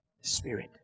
Spirit